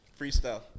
Freestyle